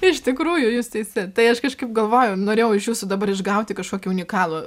iš tikrųjų jūs teisi tai aš kažkaip galvojau norėjau iš jūsų dabar išgauti kažkokį unikalų